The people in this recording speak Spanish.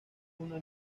una